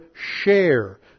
share